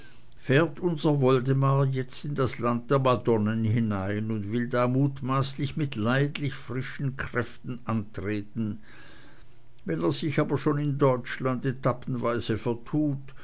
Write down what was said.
fährt unser woldemar jetzt in das land der madonnen hinein und will da mutmaßlich mit leidlich frischen kräften antreten wenn er sich aber schon in deutschland etappenweise vertut